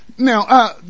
now